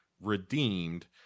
redeemed